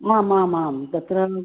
आमामां तत्र